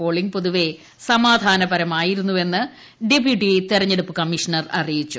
polling പൊതുവേ സമാധാന പരമായിരുന്നുവെന്ന് ഡെപ്യൂട്ടി തെരഞ്ഞെടുപ്പ് കമ്മീഷണർ അറിയിച്ചു